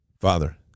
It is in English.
Father